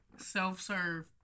self-serve